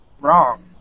Wrong